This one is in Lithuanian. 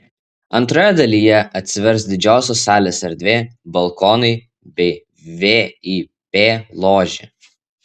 antroje dalyje atsivers didžiosios salės erdvė balkonai bei vip ložė